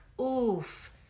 oof